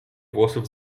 włosów